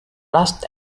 rust